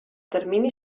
termini